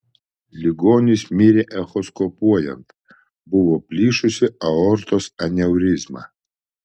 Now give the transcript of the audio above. ligonis mirė echoskopuojant buvo plyšusi aortos aneurizma